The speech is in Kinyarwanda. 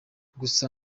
gusa